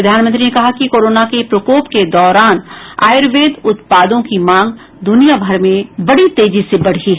प्रधानमंत्री ने कहा कि कोरोना के प्रकोप के दौरान आयुर्वेद उत्पादों की मांग द्रनियाभर में बडी तेजी से बढी है